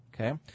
Okay